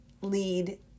lead